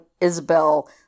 Isabel